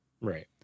Right